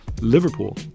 Liverpool